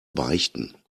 beichten